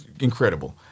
incredible